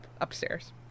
upstairs